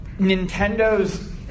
Nintendo's